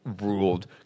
Ruled